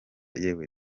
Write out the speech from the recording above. yewe